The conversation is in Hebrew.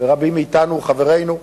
ורבים מאתנו, חברינו,